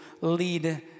lead